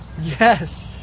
Yes